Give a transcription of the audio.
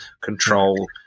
control